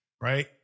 right